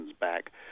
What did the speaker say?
back